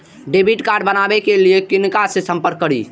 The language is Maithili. डैबिट कार्ड बनावे के लिए किनका से संपर्क करी?